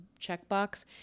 checkbox